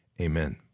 Amen